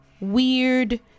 weird